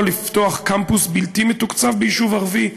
לפתוח קמפוס בלתי מתוקצב ביישוב ערבי,